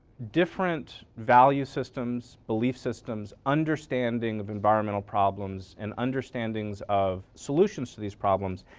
different value systems, belief systems, understanding of environmental problems and understandings of solution to these problems,